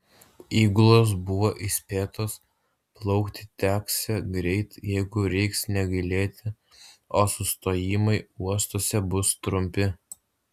įgulos buvo įspėtos plaukti teksią greit jėgų reiks negailėti o sustojimai uostuose bus trumpi